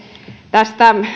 tästä